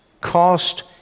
cost